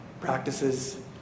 practices